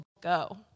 go